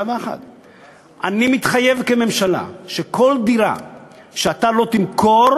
אני מתחייב כממשלה שכל דירה שאתה לא תמכור,